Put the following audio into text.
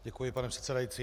Děkuji, pane předsedající.